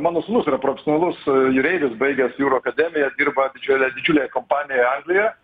mano sūnus yra profesionalus jūreivis baigęs jūrų akademiją dirba didžiulė didžiulėje kompanijoje anglijoje